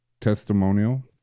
testimonial